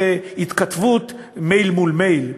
בהתכתבות, מייל מול מייל.